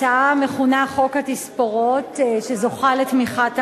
הצעה המכונה "חוק התספורות", שזוכה לתמיכת הממשלה.